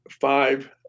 five